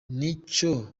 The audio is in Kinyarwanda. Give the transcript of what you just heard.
nicyo